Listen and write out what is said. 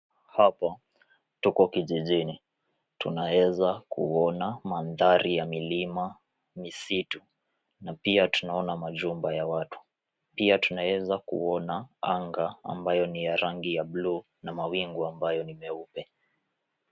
Hapa tuko kijijini. Tunaweza kuona mandhari ya milima, misitu na pia tunaona majumba ya watu. Pia tunaweza kuona anga ambayo ni ya rangi ya bluu na mawingu ambayo ni meupe.